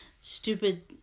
stupid